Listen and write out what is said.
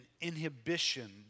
inhibition